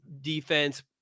defense